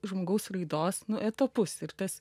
žmogaus raidos etapus ir tas